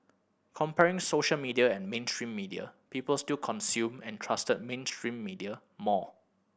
comparing social media and mainstream media people still consumed and trusted mainstream media more